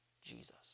Jesus